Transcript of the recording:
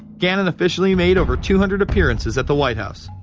gannon officially made over two hundred appearances at the white house.